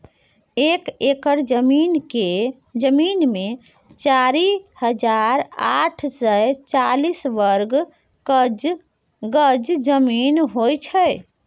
एक एकड़ जमीन मे चारि हजार आठ सय चालीस वर्ग गज जमीन होइ छै